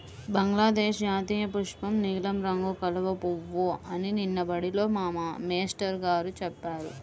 బంగ్లాదేశ్ జాతీయపుష్పం నీలం రంగు కలువ పువ్వు అని నిన్న బడిలో మా మేష్టారు గారు చెప్పారు